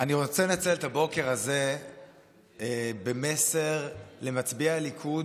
אני רוצה לציין את הבוקר הזה במסר למצביעי הליכוד